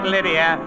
Lydia